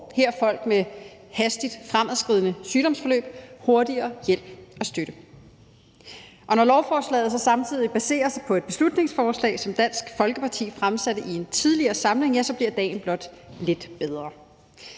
herunder folk med hastigt fremadskridende sygdomme, hurtigere hjælp og støtte. Og når lovforslaget så samtidig baserer sig på et beslutningsforslag, som Dansk Folkeparti fremsatte i en tidligere samling, ja, så bliver dagen blot lidt bedre.